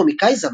היה קומיקאי,